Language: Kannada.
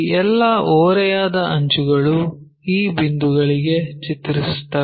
ಈ ಎಲ್ಲಾ ಓರೆಯಾದ ಅಂಚುಗಳು ಈ ಬಿಂದುವಿಗೆ ಚಿತ್ರಿಸುತ್ತವೆ